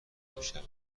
میشود